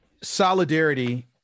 solidarity